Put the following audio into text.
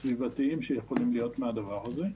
שלא לדבר על כל היתרונות הסביבתיים שיכולים להיות מהדבר הזה.